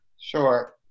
Sure